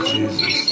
Jesus